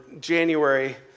January